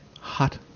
hot